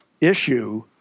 issue